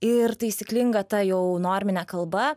ir taisyklinga ta jau normine kalba